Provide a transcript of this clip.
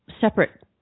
separate